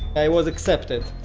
i was accepted.